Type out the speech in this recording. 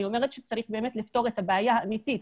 אני אומרת שצריך באמת לפתור את הבעיה האמיתית.